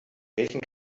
welchen